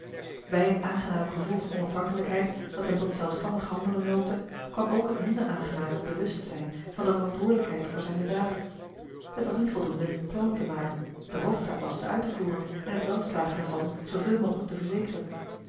bij het aangename gevoel van onafhankelijkheid dat hem tot zelfstandig handelen noopte kwam ook het minder aangename bewustzijn van de verantwoordelijkheid voor zijne daden het was niet voldoende plannen te maken de hoofdzaak was ze uit te voeren en het welslagen er van zooveel mogelijk te verzekeren